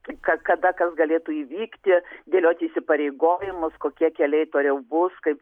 kada kas galėtų įvykti dėlioti įsipareigojimus kokie keliai toliau bus kaip